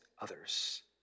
others